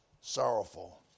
sorrowful